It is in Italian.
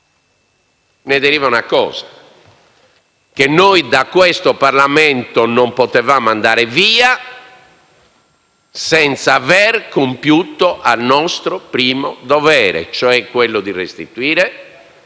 Ne deriva quindi una cosa: noi da questo Parlamento non potevamo andare via senza aver compiuto il nostro primo dovere, cioè quello di restituire